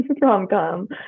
rom-com